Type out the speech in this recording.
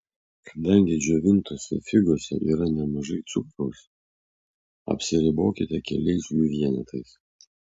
kadangi džiovintose figose yra nemažai cukraus apsiribokite keliais jų vienetais